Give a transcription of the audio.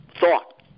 thought